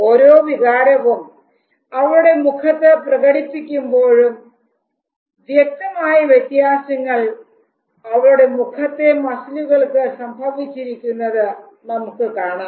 ഓരോ വികാരവും അവളുടെ മുഖത്ത് പ്രകടിപ്പിക്കുമ്പോഴും വ്യക്തമായ വ്യത്യാസങ്ങൾ അവളുടെ മുഖത്തെ മസിലുകൾക്ക് സംഭവിച്ചിരിക്കുന്നത് നമുക്ക് കാണാം